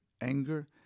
anger